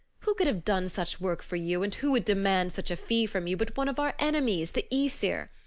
who could have done such work for you, and who would demand such a fee from you, but one of our enemies, the aesir?